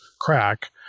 crack